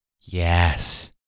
Yes